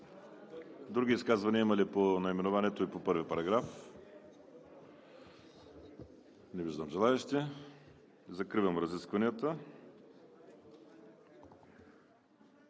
Други изказвания има ли по наименованието и по параграф? Не виждам желаещи. Закривам разискванията.